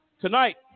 Tonight